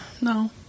no